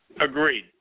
Agreed